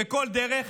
בכל דרך,